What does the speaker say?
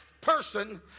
person